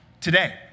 today